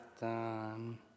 done